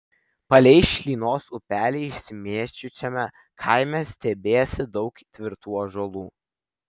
palei šlynos upelį išsimėčiusiame kaime stiebėsi daug tvirtų ąžuolų